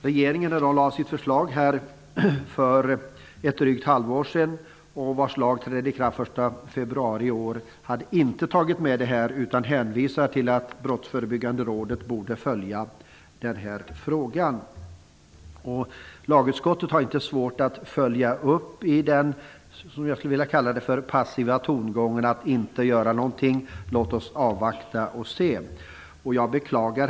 Regeringen lade fram sitt förslag för ett drygt halvår sedan. Lagen trädde i kraft den 1 februari i år. Regeringen hade inte tagit med detta i sitt förslag utan hänvisade till att Brottsförebyggande rådet borde följa frågan. Lagutskottet hade inte svårt att följa med i de passiva tongångarna och inte göra någonting. Man ville avvakta och se. Herr talman!